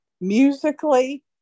Musically